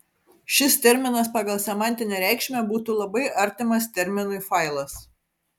šis terminas pagal semantinę reikšmę būtų labai artimas terminui failas